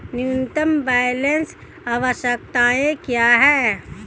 न्यूनतम बैलेंस आवश्यकताएं क्या हैं?